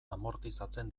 amortizatzen